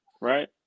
right